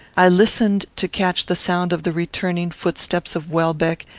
i listened to catch the sound of the returning footsteps of welbeck,